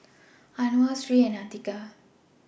Anuar Sri and Atiqah